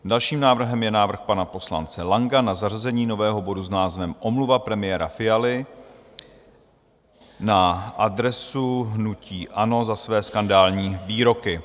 Dalším návrhem je návrh pana poslance Langa na zařazení nového bodu s názvem Omluva premiéra Fialy na adresu hnutí ANO za své skandální výroky.